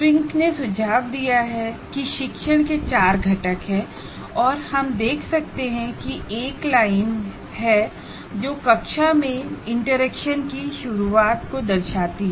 Fink ने सुझाव दिया है कि शिक्षण के चार कंपोनेंट हैं और हम देख सकते हैं कि एक लाइन है जो कक्षा में इंटरेक्शन की शुरुआत को दर्शाती है